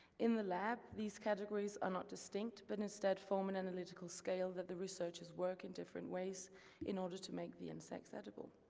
in the lab, these categories are not distinct, but instead form an analytical scale that the researchers work in different ways in order to make the insects edible.